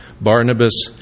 Barnabas